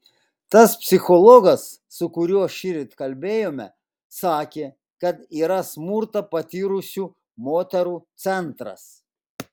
tas psichologas su kuriuo šįryt kalbėjome sakė kad yra smurtą patyrusių moterų centras